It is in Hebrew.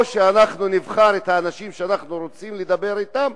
או שאנחנו נבחר את האנשים שאנחנו רוצים לדבר אתם,